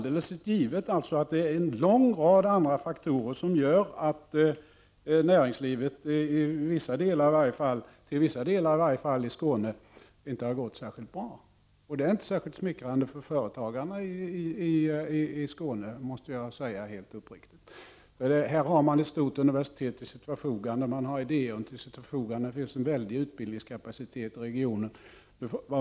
Det är en lång rad andra faktorer som gör att näringslivet i Skåne till viss del inte har gått särskilt bra. Det är inte särskilt smickrande för företagarna i Skåne, måste jag helt uppriktigt säga. Här har man ett stort universitet till förfogande, man har Ideon till förfogande. Det finns en väldig utbildningskapacitet i regionen.